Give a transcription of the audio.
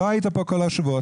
לא היית פה כל השבועות,